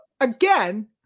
again